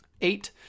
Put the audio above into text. Eight